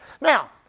Now